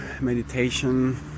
meditation